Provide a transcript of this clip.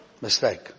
Mistake